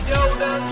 Yoda